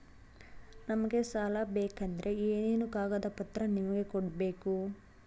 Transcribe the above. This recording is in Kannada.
ನಮಗೆ ಸಾಲ ಬೇಕಂದ್ರೆ ಏನೇನು ಕಾಗದ ಪತ್ರ ನಿಮಗೆ ಕೊಡ್ಬೇಕು?